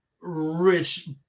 rich